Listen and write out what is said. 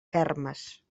fermes